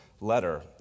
letter